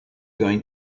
going